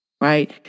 right